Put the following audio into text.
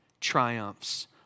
triumphs